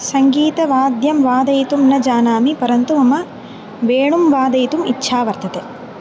सङ्गीतवाद्यं वादयितुं न जानामि परन्तु मम वेणुं वादयितुम् इच्छा वर्तते